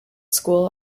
school